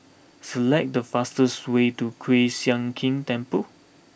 select the fastest way to Kiew Sian King Temple